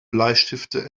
bleistifte